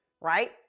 right